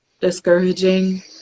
discouraging